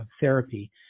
therapy